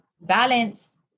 balance